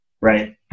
right